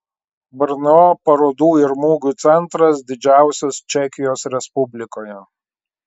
brno parodų ir mugių centras didžiausias čekijos respublikoje